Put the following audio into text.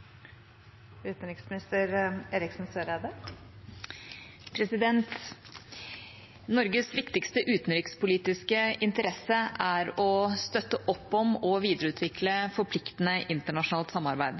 å støtte opp om og videreutvikle forpliktende internasjonalt samarbeid.